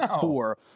four